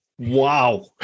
Wow